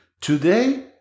today